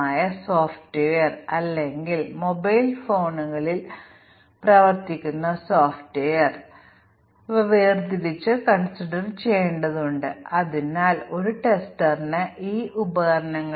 ഞങ്ങൾ unit testing മറികടന്നിരുന്നുവെങ്കിൽ ആ ബഗുകൾ വളരെ വിലകുറഞ്ഞ രീതിയിൽ ഇല്ലാതാക്കാൻ കഴിയുമായിരുന്നുവെങ്കിൽ ആ ബഗുകൾ ഇല്ലാതാക്കുന്നതിനുള്ള ഡീബഗ്ഗിംഗ് ചെലവ് ഞങ്ങൾക്ക് വലിയ ടെസ്റ്റിംഗ് ചെലവ് വരും